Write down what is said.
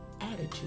attitude